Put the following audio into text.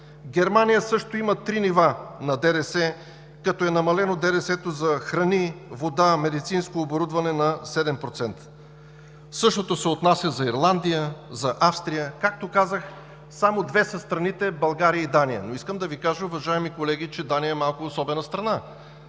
Германия също има три нива на ДДС, като е намалено ДДС-то за храни, вода, медицинско оборудване на 7%. Същото се отнася за Ирландия, за Австрия. Както казах, само две са страните – България и Дания. Но искам да Ви кажа, уважаеми колеги, че Дания е малко особена страна.